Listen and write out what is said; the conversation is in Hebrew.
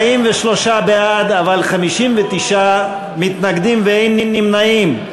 43 בעד, אבל 59 מתנגדים ואין נמנעים.